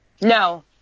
No